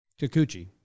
Kikuchi